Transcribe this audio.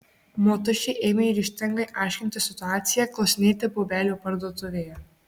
motušė ėmė ryžtingai aiškintis situaciją klausinėti bobelių parduotuvėje